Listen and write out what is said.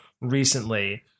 recently